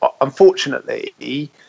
unfortunately